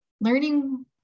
learning